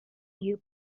you